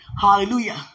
Hallelujah